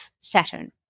Saturn